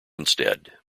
instead